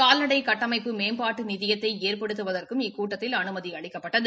கால்நடை கட்டமைப்பு மேம்பாட்டு நிதியத்தை ஏற்படுத்துவதற்கும் இக்கூட்டத்தில் அனுமதி அளிக்கப்பட்டது